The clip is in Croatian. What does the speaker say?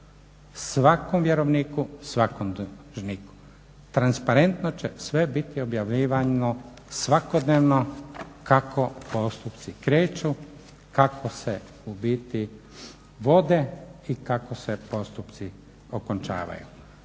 svakom vjerovniku, svakom dužniku. Transparentno će sve biti objavljivano svakodnevno kako postupci kreću, kako se u biti vode i kako se postupci okončavaju.